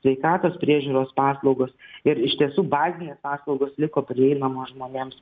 sveikatos priežiūros paslaugos ir iš tiesų bazinės paslaugos liko prieinamos žmonėms